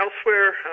elsewhere